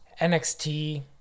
nxt